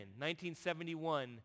1971